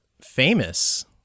famous